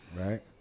right